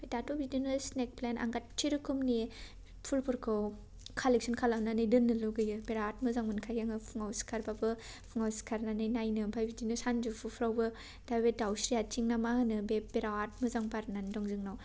ओमफ्राय दाथ' बिदिनो स्नेक प्लान्त आं गासै रोखोमनि फुलफोरखौ कालेक्सन खालामनानै दोन्नो लुगैयो बिरात मोजां मोनखायो आङो फुंआव सिखारबाबो फुंआव सिखारनानै नायनो ओमफ्राय बिदिनो सानजुफुफ्रावबो दा बे दाउस्रि आथिं ना मा होनो बे बिरात मोजां बारनानै दं जोंनाव